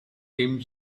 tim